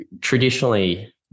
traditionally